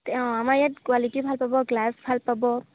অঁ আমাৰ ইয়াত কোৱালিটি ভাল পাব গ্লাছ ভাল পাব